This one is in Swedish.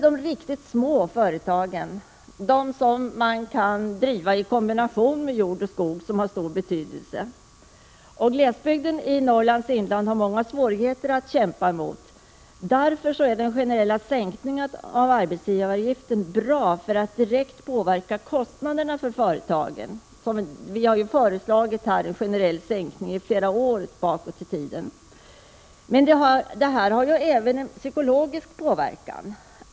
De riktigt små företagen, de som man kan driva i kombination med jordoch skogsbruk, har stor betydelse. Glesbygden i Norrlands inland har många svårigheter att kämpa emot. Därför är den generella sänkningen av arbetsgivaravgiften bra för att direkt påverka kostnaderna för företagen. Vi har ju i flera år föreslagit en generell sänkning. Det har även en psykologisk betydelse.